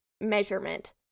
measurement